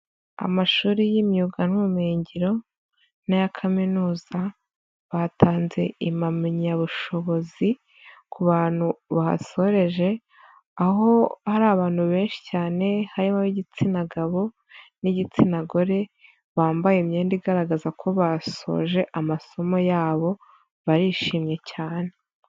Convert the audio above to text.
Amashuri y'imyuga n'ubumenyingiro n'aya kaminuza batanze impamyabushobozi ku bantu bahasoreje aho hari abantu benshi cyane harimo igitsina gabo n'igitsina gore, bambaye imyenda igaragaza ko basoje amasomo yabo barishimye cyane.